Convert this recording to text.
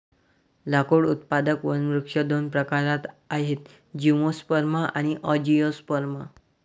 लाकूड उत्पादक वनवृक्ष दोन प्रकारात आहेतः जिम्नोस्पर्म आणि अँजिओस्पर्म